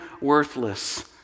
worthless